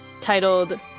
titled